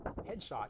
headshot